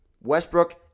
Westbrook